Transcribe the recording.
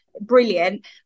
brilliant